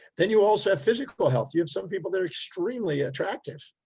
then you also have physical health. you have some people that are extremely attractive.